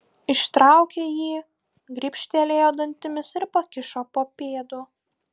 ištraukė jį gribštelėjo dantimis ir pakišo po pėdu